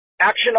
action